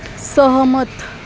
सहमत